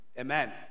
Amen